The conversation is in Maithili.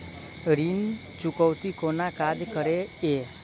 ऋण चुकौती कोना काज करे ये?